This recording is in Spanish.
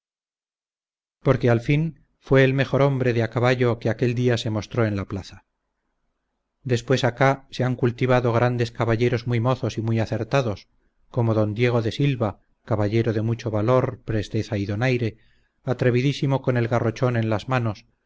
porque al fin fue el mejor hombre de a caballo que aquel día se mostró en la plaza después acá se han cultivado grandes caballeros muy mozos y muy acertados como don diego de silva caballero de mucho valor presteza y donaire atrevidísimo con el garrochón en las manos